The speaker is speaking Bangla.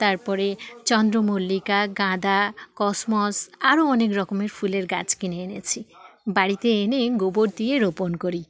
তারপরে চন্দ্র মল্লিকা গাঁদা কসমস আরো অনেক রকমের ফুলের গাছ কিনে এনেছি বাড়িতে এনে গোবর দিয়ে রোপণ করি